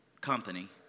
company